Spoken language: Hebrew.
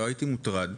לא הייתי מוטרד.